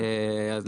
בבקשה.